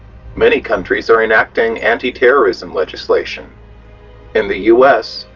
many countries are enacting anti-terrorism legislation in the u s,